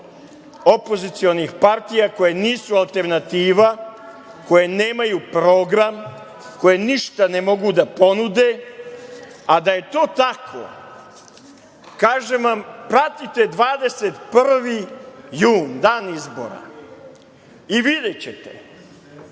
opozicionih partija koje nisu alternativa, koje nemaju program, koje ništa ne mogu da ponude, a da je to tako kažem vam, pratite 21. jun, dan izbora, i videćete